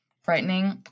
frightening